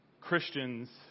Christians